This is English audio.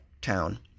town